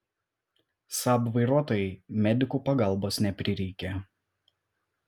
saab vairuotojai medikų pagalbos neprireikė